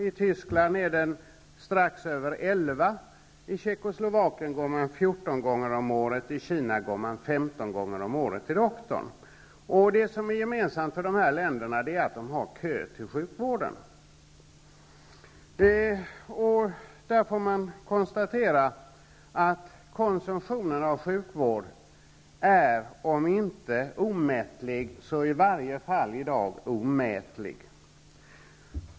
I Tyskland ligger den på strax över elva. I Tjeckoslovakien går man fjorton gånger om året, och i Kina går man femton gånger om året till doktorn. Det som är gemensamt för de här länderna är att de har kö till sjukvården. Man kan konstatera att konsumtionen av sjukvård är om inte omättlig så i varje fall i dag omätlig.